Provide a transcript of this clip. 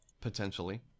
Potentially